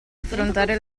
affrontare